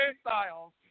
Styles